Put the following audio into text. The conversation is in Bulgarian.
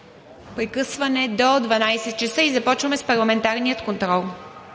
прекъсване до 12,00 ч. и започваме с Парламентарния контрол.